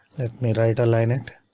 me right align it.